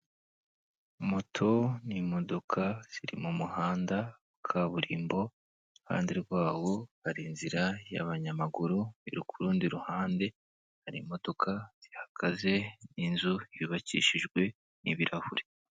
Koto n'imodoka ziri mu muhanda kaburimbo i ruhande rwabo hari inzira y'abanyamaguru iri kundi ruhande hari imodoka ihagaze n'inzu y'ubakishijwe n'ibirahuri.